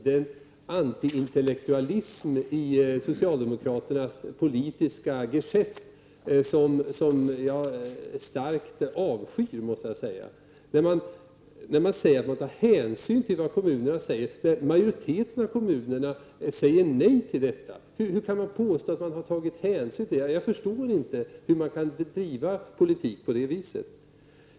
Det är en antiintellektualism i socialdemokraternas politiska geschäft som jag starkt avskyr. Man påstår sig ha tagit hänsyn till vad kommunerna säger, trots att kommunerna har sagt nej till detta. Jag förstår inte hur man kan föra politik på det sättet.